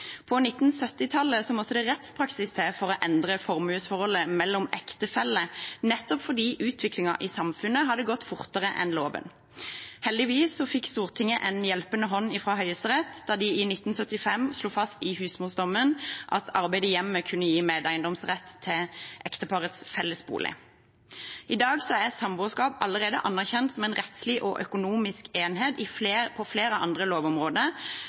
måtte det rettspraksis til for å endre formuesforholdet mellom ektefeller, nettopp fordi utviklingen i samfunnet hadde gått fortere enn loven. Heldigvis fikk Stortinget en hjelpende hånd fra Høyesterett, da de i 1975 slo fast i «husmordommen» at arbeid i hjemmet kunne gi medeiendomsrett til ekteparets fellesbolig. I dag er samboerskap allerede anerkjent som en rettslig og økonomisk enhet på flere andre lovområder,